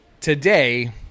today